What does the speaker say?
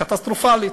קטסטרופלית.